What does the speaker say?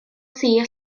sir